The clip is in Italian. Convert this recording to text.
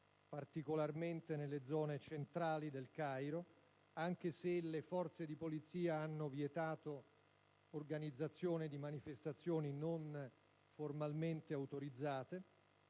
particolarmente nelle zone centrali del Cairo, anche se le forze di polizia hanno vietato l'organizzazione di manifestazioni non formalmente autorizzate.